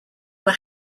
were